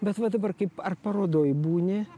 bet va dabar kaip ar parodoj būni